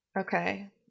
Okay